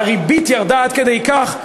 אבל הריבית ירדה עד כדי כך,